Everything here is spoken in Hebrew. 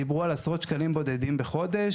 דיברו על עשרות שקלים בודדים בחודש,